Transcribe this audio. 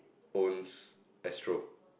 owns Astro